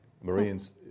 Marines